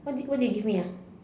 what did what did you give me ah